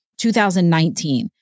2019